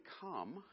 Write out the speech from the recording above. come